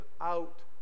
out